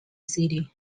city